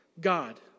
God